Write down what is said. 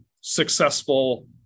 successful